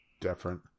different